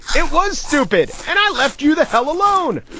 it was stupid and i left you the hell alone.